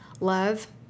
Love